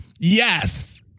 Yes